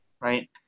right